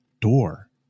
door